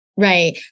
Right